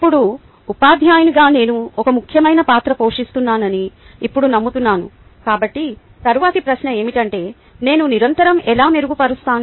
ఇప్పుడు ఉపాధ్యాయునిగా నేను ఒక ముఖ్యమైన పాత్ర పోషిస్తున్నానని ఇప్పుడు నమ్ముతున్నాను కాబట్టి తరువాతి ప్రశ్న ఏమిటంటే నేను నిరంతరం ఎలా మెరుగుపరుస్తాను